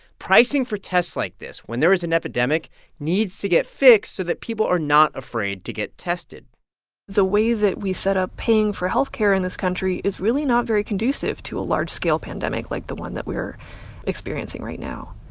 pricing for tests like this when there is an epidemic needs to get fixed so that people are not afraid to get tested the way that we set up paying for health care in this country is really not very conducive to a large-scale pandemic like the one that we're experiencing right now.